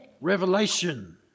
Revelation